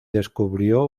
descubrió